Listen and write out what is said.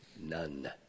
None